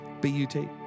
B-U-T